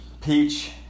Peach